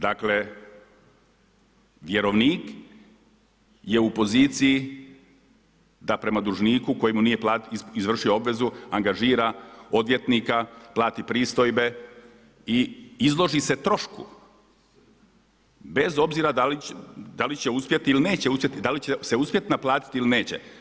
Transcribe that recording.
Dakle vjerovnik je u poziciji da prema dužniku koji mu nije izvršio obvezu angažira odvjetnika, plati pristojbe i izloži se trošku bez obzira da li će uspjeti ili neće uspjeti, da li će se uspjeti naplatiti ili neće.